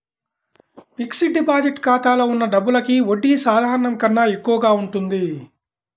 fixed deposit ఖాతాలో ఉన్న డబ్బులకి వడ్డీ సాధారణం కన్నా ఎక్కువగా ఉంటుంది